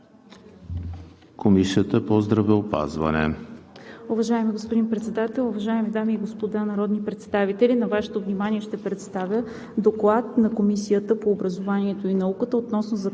Комисията по здравеопазването?